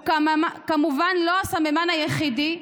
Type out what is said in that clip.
הוא, כמובן, לא הסממן היחידי.